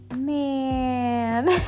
Man